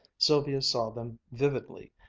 sylvia saw them vividly,